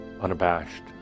unabashed